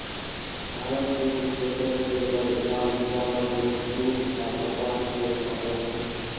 भारत विश्व के सब से बड़ दाल, चावल, दूध, जुट आ कपास के उत्पादक हई